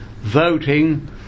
voting